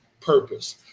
purpose